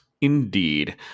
Indeed